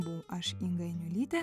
buvau aš inga janiulytė